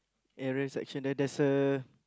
area section there there's a